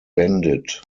bendit